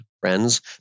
friends